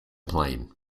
plane